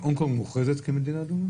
הונג קונג מוכרת כמדינה אדומה?